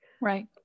right